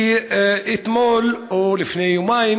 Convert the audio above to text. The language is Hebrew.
ואתמול או לפני יומיים